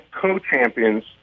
co-champions